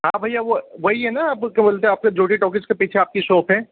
हाँ भैया वो वही है ना वो क्या बोलते हैं ज्योति टॉकीज के पीछे आप की शॉप है